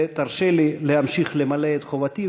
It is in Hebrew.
ותרשה לי להמשיך למלא את חובתי,